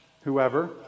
whoever